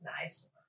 nice